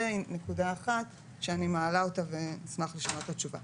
זה נקודה אחת שאני מעלה אותה ואשמח לשמוע את התשובה.